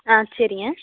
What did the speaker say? ஆ சரிங்க